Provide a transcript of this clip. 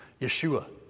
Yeshua